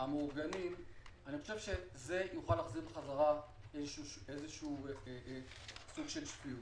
זה יוכל להחזיר בחזרה סוג של שפיות.